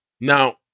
Now